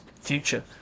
future